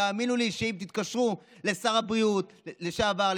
תאמינו לי שאם תתקשרו לשר הבריאות לשעבר,